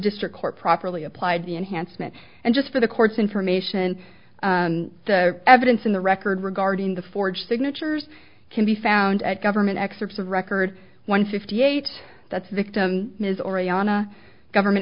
district court properly applied the enhancement and just for the court's information the evidence in the record regarding the forged signatures can be found at government excerpts of record one fifty eight that's victim ms or iana government